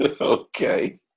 Okay